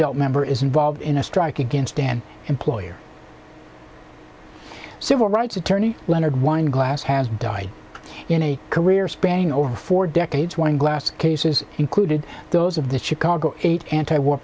lt member is involved in a strike against an employer civil rights attorney leonard weinglass has died in a career spanning over four decades one glass cases included those of the chicago eight anti war